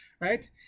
right